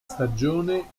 stagione